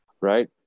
right